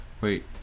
wait